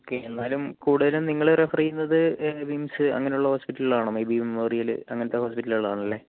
okay എന്നാലും കൂടുതലും നിങ്ങൾ റഫർ ചെയ്യുന്നത് മിംസ് അങ്ങനെയുള്ള ഹോസ്പിറ്റലുകളാണോ ബേബി മെമ്മോറിയൽ അങ്ങനെത്തെ ഹോസ്പിറ്റലുകളാണല്ലേ